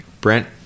Brent